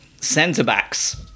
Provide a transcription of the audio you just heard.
centre-backs